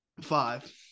five